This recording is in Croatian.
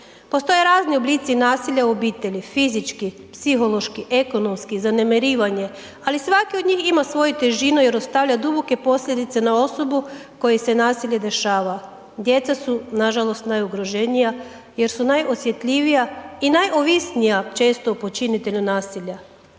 postoje razni oblici nasilja u obitelji, fizički, psihološki, ekonomski, zanemarivanje, ali svaki od njih ima svoju težinu jer ostavlja duboke posljedice na osobu kojoj se nasilje dešava, djeca su nažalost najugroženija jer su najosjetljivija i najovisnija često o počinitelju nasilja.